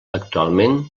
actualment